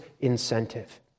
incentive